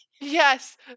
Yes